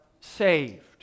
saved